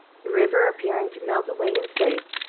the river appearing to melt away in space,